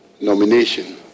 nomination